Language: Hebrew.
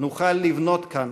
נוכל לבנות כאן